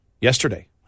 yesterday